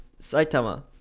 Saitama